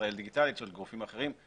ישראל דיגיטלית ושל גופים אחרים,